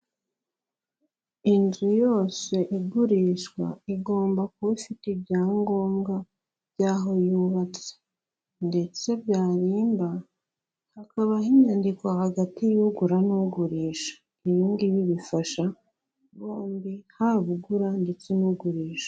Inzu yose igurishwa igomba kuba ifite ibyangombwa by'aho yubatse ndetse byarimba hakabaho inyandiko hagati y'ugura n'ugurisha, ibi ngibi bifasha bombi haba ugura ndetse n'ugurisha.